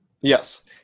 Yes